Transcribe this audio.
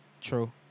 True